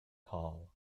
tall